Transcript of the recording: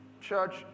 Church